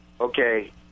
okay